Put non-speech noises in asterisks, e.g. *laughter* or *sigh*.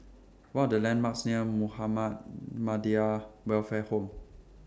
What Are The landmarks near Muhammad *unintelligible* Welfare Home